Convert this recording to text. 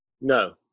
No